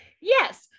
Yes